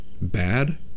bad